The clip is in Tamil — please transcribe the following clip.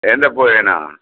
எந்த பூ வேணும்